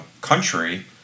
country